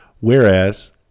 Whereas